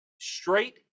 straight